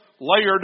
layered